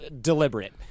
deliberate